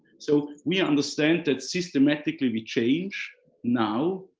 so we understand that systematically we change now,